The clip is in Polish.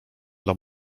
dla